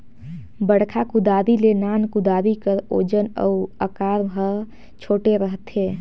बड़खा कुदारी ले नान कुदारी कर ओजन अउ अकार हर छोटे रहथे